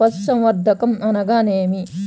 పశుసంవర్ధకం అనగా ఏమి?